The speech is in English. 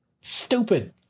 stupid